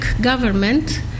government